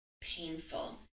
painful